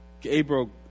Gabriel